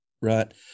Right